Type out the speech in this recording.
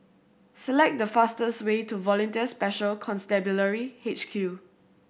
select the fastest way to Volunteer Special Constabulary H Q